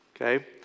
Okay